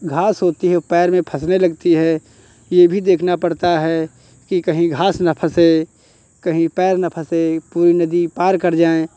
घास होती है वो पैर में फँसने लगती है ये भी देखना पड़ता है कि कहीं घास ना फँसे कहीं पैर ना फँसे पूरी नदी पार कर जाएँ